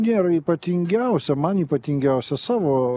nėra ypatingiausia man ypatingiausia savo